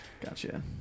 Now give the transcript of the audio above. Gotcha